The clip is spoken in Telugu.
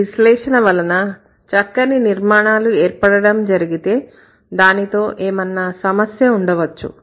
ఈ విశ్లేషణ వలన చక్కని నిర్మాణాలు ఏర్పడడం జరిగితే దానితో ఏమన్నా సమస్య ఉండవచ్చు